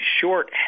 short